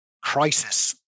crisis